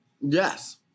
Yes